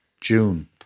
June